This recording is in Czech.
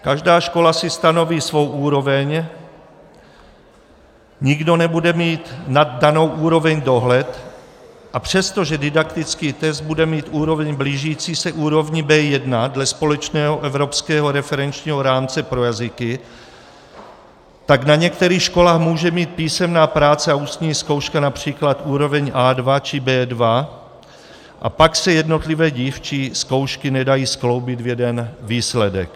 Každá škola si stanoví svou úroveň, nikdo nebude mít nad danou úroveň dohled, a přestože didaktický test bude mít úroveň blížící se úrovni B1 dle společného evropského referenčního rámce pro jazyky, tak na některých školách může mít písemná práce a ústní zkouška například úroveň A2 či B2, a pak se jednotlivé dílčí zkoušky nedají skloubit v jeden výsledek.